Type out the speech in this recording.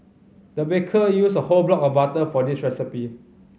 the baker used a whole block of butter for this recipe